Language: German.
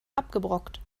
abgebrockt